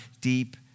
deep